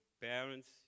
parents